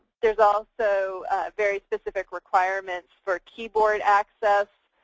there is also very specific requirements for keyboard access,